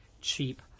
cheap